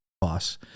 boss